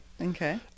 Okay